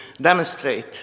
demonstrate